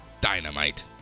dynamite